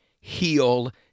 heal